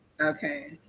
Okay